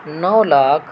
نو lakh